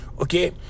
Okay